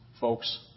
folks